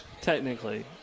technically